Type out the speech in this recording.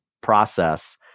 process